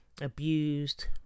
abused